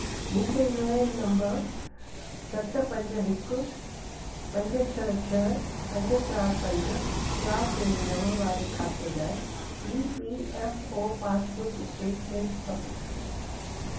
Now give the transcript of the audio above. मूंखे U N number सत पंज हिकु पंज छह छह पंज चारि पंज चारि टे नव वारे खाते लाइ E P F O passbook statement खपे